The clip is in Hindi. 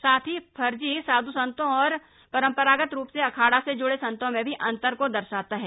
साथ ही फर्जी साध् संतों और परंपरागत रूप से अखाड़ा से जुड़े संतो में भी अंतर को दर्शाता है